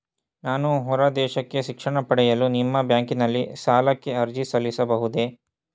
ನಾನು ಹೊರದೇಶಕ್ಕೆ ಶಿಕ್ಷಣ ಪಡೆಯಲು ನಿಮ್ಮ ಬ್ಯಾಂಕಿನಲ್ಲಿ ಸಾಲಕ್ಕೆ ಅರ್ಜಿ ಸಲ್ಲಿಸಬಹುದೇ?